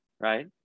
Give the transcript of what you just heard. right